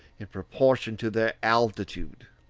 in proportion to their altitude.